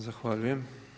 Zahvaljujem.